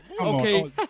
Okay